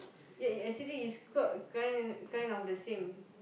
ya it's actually is called kind kind of the same